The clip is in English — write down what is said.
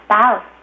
spouse